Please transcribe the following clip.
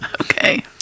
Okay